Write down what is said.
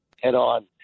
head-on